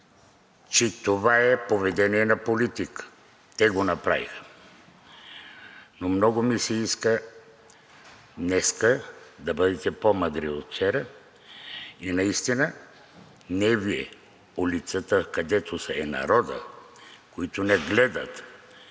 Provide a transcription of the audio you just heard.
че това е поведение на политик. Те го направиха. Но много ми се иска днес да бъдете по-мъдри от вчера и наистина не Вие, улицата, където е народът, които ни гледат,